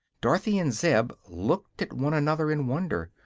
dorothy and zeb looked at one another in wonder.